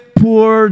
poor